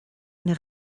ina